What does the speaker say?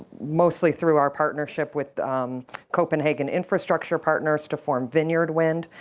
mostly through our partnership with copenhagen infrastructure partners, to form vineyard wind.